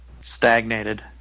stagnated